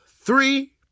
three